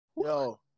Yo